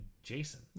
Jason